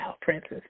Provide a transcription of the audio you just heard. Princess